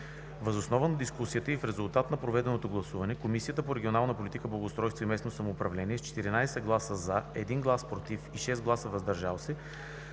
Въз основа на дискусията и в резултат на проведеното гласуване Комисията по регионална политика, благоустройство и местно самоуправление с 14 „за“, 1 „против“ и 6 „въздържал се“